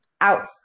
out